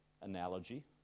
analogy